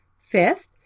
Fifth